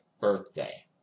birthday